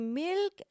milk